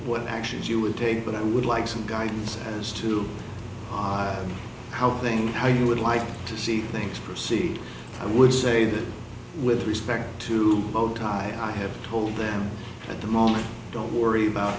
what actions you would take but i would like some guidance as to how things how you would like to see things proceed i would say that with respect to bow tie i have told them at the moment don't worry about